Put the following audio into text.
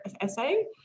essay